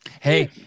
Hey